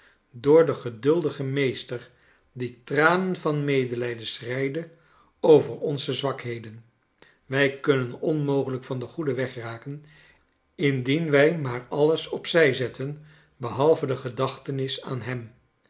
door den geduldigen meester die tranen van medelijden schreide over onze zwakheden wij kunnen onmogelijk van den goeden weg raken indien wij maar alles op zij zetten behalve de gedachtenis aan hem